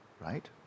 Right